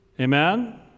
Amen